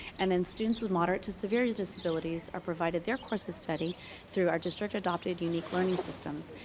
and then students with moderate to severe disabilities are provided their course of study through our district-adopted unique learning systems,